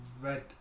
Red